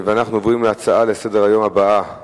אנחנו עוברים להצעות לסדר-היום מס' 2402,